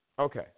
okay